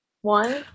one